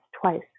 twice